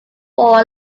four